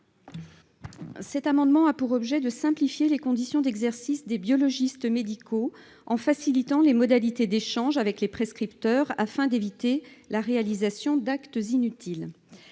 Cet amendement a pour objet de simplifier les conditions d'exercice des biologistes médicaux en facilitant les modalités d'échange avec les prescripteurs afin d'éviter la réalisation d'actes inutiles.